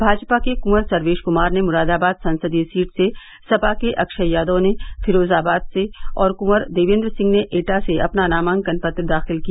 भाजपा के कुॅवर सर्वेश कुमार ने मुरादाबाद संसदीय सीट से सपा के अक्षय यादव ने फिरोजाबाद से और कूँवर देवेन्द्र सिंह ने एटा से अपना नामांकन पत्र दाखिल किया